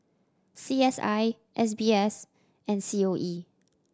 C S I S B S and C O E